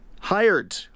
hired